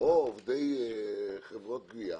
או עובדי חברות גבייה,